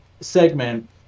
segment